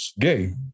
gay